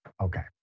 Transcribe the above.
Okay